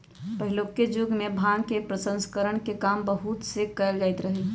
पहिलुक जुगमें भांग प्रसंस्करण के काम हात से कएल जाइत रहै